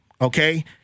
okay